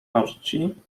archie